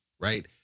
right